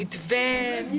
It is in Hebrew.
אדוני